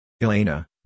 Elena